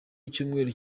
icyumweru